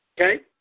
okay